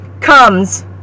comes